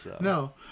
No